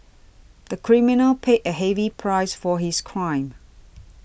the criminal paid a heavy price for his crime